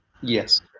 yes